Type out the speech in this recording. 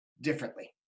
differently